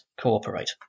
cooperate